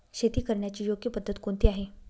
शेती करण्याची योग्य पद्धत कोणती आहे?